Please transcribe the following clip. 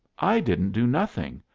i didn't do nothing.